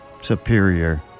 superior